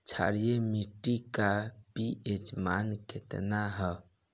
क्षारीय मीट्टी का पी.एच मान कितना ह?